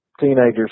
teenagers